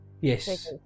Yes